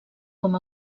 com